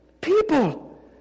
people